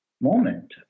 moment